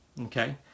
Okay